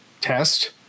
test